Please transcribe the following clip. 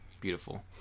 Beautiful